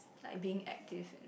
like being active and